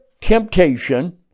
temptation